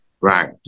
Right